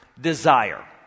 desire